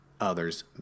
others